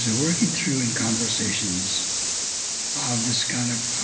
so working through in conversations of this kind of